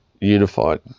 unified